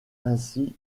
ainsi